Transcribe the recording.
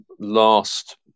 last